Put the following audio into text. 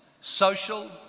social